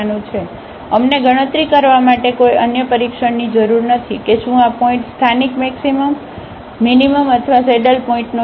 અને તેથી અમને ગણતરી કરવા માટે કોઈ અન્ય પરીક્ષણની જરૂર નથી કે શું આ પોઇન્ટ સ્થાનિક મેક્સિમમ મીનીમમ અથવા સેડલ પોઇન્ટનો છે